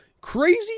Crazy